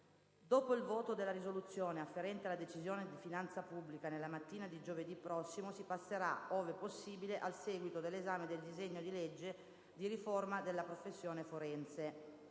Dopo il voto della risoluzione afferente alla Decisione di finanza pubblica, nella mattina di giovedì prossimo si passerà - ove possibile - al seguito dell'esame del disegno di legge di riforma della professione forense.